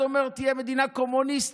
אחד אומר תהיה מדינה קומוניסטית,